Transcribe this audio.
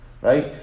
right